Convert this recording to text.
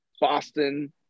Boston –